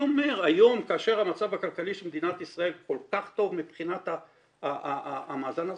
היום כאשר המצב הכלכלי של מדינת ישראל כל כך טוב מבחינת מאזן התשלומים,